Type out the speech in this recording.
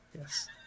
Yes